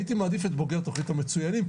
הייתי מעדיף את בוגר תוכנית המצוינים,